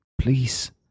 please